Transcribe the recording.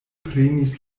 prenis